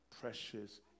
precious